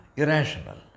irrational